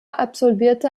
absolvierte